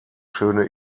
schöne